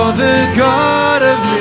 the god of